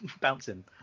bouncing